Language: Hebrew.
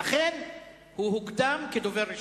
ולכן הוא הוקדם כדובר ראשון.